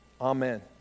Amen